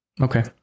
Okay